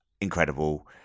Incredible